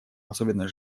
особенно